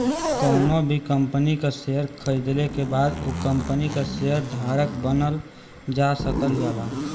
कउनो भी कंपनी क शेयर खरीदले के बाद उ कम्पनी क शेयर धारक बनल जा सकल जाला